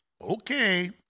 Okay